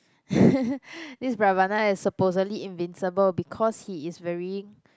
this Ravana is supposedly invincible because he is very